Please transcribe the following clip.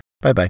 Bye-bye